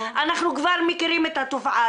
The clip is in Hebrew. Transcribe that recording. אנחנו כבר מכירים את התופעה,